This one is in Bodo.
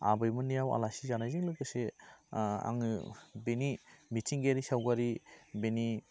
आबैमोननियाव आलासि जानायजों लोगोसे आङो बेनि बिथिंगायारि सावगारि बिनि